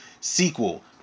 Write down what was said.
sequel